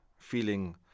feeling